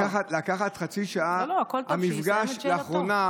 לקחת חצי שעה, לא, הכול טוב, שיסיים את שאלתו.